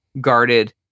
guarded